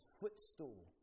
footstool